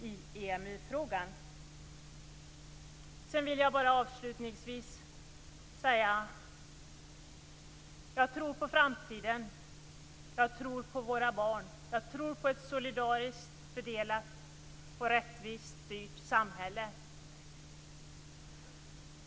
Avslutningsvis vill jag bara säga att jag tror på framtiden. Jag tror på våra barn. Jag tror på ett solidariskt fördelat och rättvist styrt samhälle.